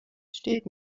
steht